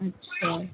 اچھا